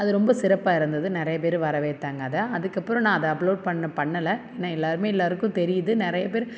அது ரொம்ப சிறப்பாக இருந்தது நிறையா பேர் வரவேற்றாங்க அதை அதுக்கப்புறம் நான் அதை அப்லோட் பண் பண்ணலை ஏன்னால் எல்லாேருமே எல்லாேருக்கும் தெரியுது நிறைய பேர்